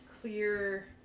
clear